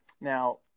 Now